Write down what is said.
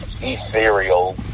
ethereal